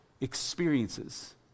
experiences